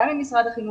גם עם משרד החינוך,